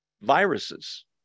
viruses